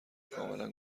کاملا